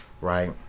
Right